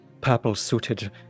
purple-suited